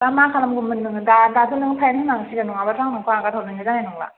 दा मा खालामगौमोन नोङो दाथ' नोङो फाइन होनांसिगोन नङाबाथ' आं नोंखौ हगार हरनायनो जानाय नंला